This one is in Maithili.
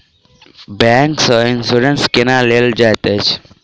बैंक सँ इन्सुरेंस केना लेल जाइत अछि